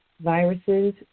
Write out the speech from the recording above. viruses